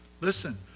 Listen